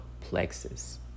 plexus